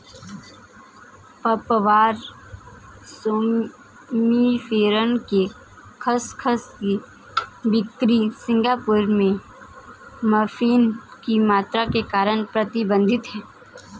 papaver somniferum के खसखस की बिक्री सिंगापुर में मॉर्फिन की मात्रा के कारण प्रतिबंधित है